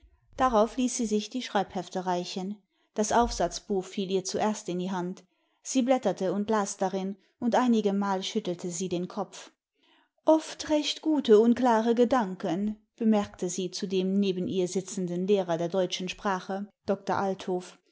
darauf ließ sie sich die schreibhefte reichen das aufsatzbuch fiel ihr zuerst in die hand sie blätterte und las darin und einigemal schüttelte sie den kopf oft recht gute und klare gedanken bemerkte sie zu dem neben ihr sitzenden lehrer der deutschen sprache